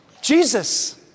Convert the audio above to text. Jesus